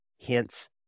hence